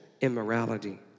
immorality